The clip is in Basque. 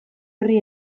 horri